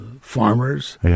farmers